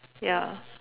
ya